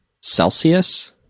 Celsius